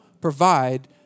provide